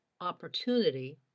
opportunity